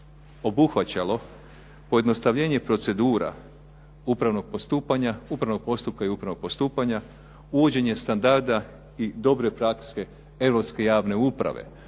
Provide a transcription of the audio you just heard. obuhvaćalo pojednostavljenje procedura upravnog postupka i upravnog postupanja, uvođenje standarda i dobre prakse europske javne uprave.